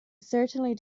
certainly